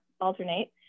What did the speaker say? alternate